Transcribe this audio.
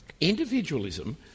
individualism